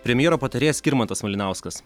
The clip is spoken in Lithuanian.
premjero patarėjas skirmantas malinauskas